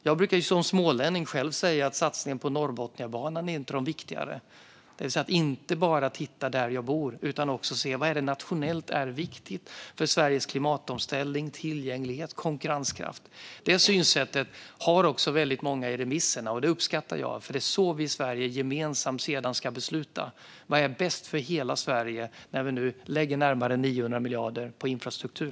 Jag brukar som smålänning själv säga att satsningen på Norrbotniabanan är en av de viktigare satsningarna. Jag tittar inte bara där jag bor, utan jag ser också på vad som nationellt är viktigt för Sveriges klimatomställning, tillgänglighet och konkurrenskraft. Det synsättet framkommer också i många av remissvaren. Det uppskattar jag eftersom det är så vi i Sverige gemensamt ska fatta beslut: Vad är bäst för hela Sverige när vi nu lägger närmare 900 miljarder på infrastruktur?